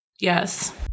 Yes